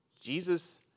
Jesus